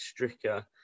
Stricker